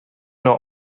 nhw